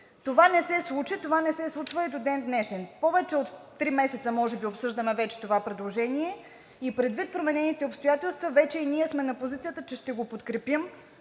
Това не се случи. Това не се случва и до ден днешен. Повече от три месеца може би обсъждаме това предложение. Предвид променените обстоятелства вече и ние сме на позицията, че ще го подкрепим